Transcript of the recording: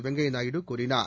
வெங்கைய நாயுடு கூறினார்